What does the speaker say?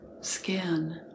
skin